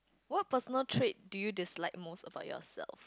what personal trait do you dislike most about yourself